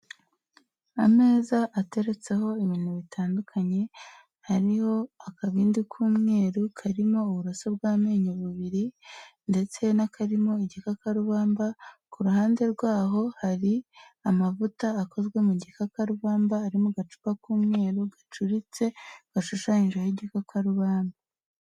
Ameza ateretseho ibintu bitandukanye, hariho akabindi k'umweru karimo uburoso bw'amenyo bubiri ndetse n'akarimo igikakarubamba ku ruhande rwaho, hari amavuta akozwe mu gikakarubamba ari mu gacupa k'umweru gacuritse gashushanyije igikakarubamba.